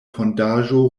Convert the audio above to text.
fondaĵo